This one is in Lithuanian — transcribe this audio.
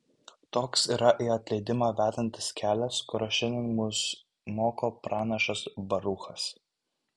toks yra į atleidimą vedantis kelias kurio šiandien mus moko pranašas baruchas